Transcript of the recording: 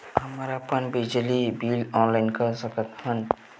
हमन अपन बिजली बिल ऑनलाइन कर सकत हन?